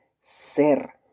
SER